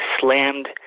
slammed